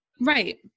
Right